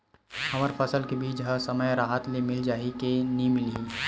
हमर फसल के बीज ह समय राहत ले मिल जाही के नी मिलही?